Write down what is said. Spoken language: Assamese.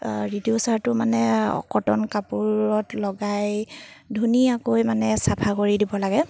ৰিডিউচাৰটো মানে কটন কাপোৰত লগাই ধুনীয়াকৈ মানে চাফা কৰি দিব লাগে